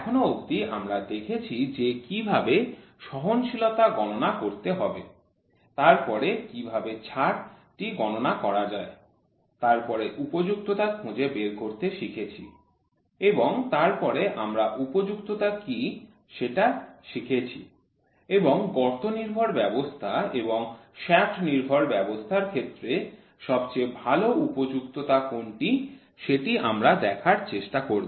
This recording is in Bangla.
এখন অবধি আমরা দেখেছি যে কীভাবে সহনশীলতা গণনা করতে হবে তারপরে কীভাবে ছাড় টি গণনা করা যায় তারপরে উপযুক্ততা খুঁজে বের করতে শিখেছি এবং তারপরে আমরা উপযুক্ততা কি সেটা শিখেছি এবং গর্ত নির্ভর ব্যবস্থা এবং শ্য়াফ্ট নির্ভর ব্যবস্থা এর ক্ষেত্রে সবচেয়ে ভালো উপযুক্ততা কোনটি সেটা আমরা দেখার চেষ্টা করব